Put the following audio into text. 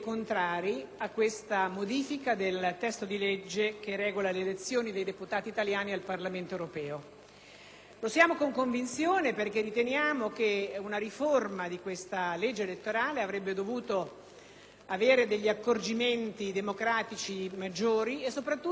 Lo siamo con convinzione perché riteniamo che una riforma di questa legge elettorale avrebbe dovuto prevedere più incisivi accorgimenti democratici e, soprattutto, avrebbe avuto bisogno di un consenso popolare acquisito non *ex post*, ma *ex ante.*